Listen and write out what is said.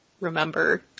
remember